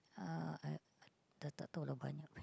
uh I dah tak tahu lah banyak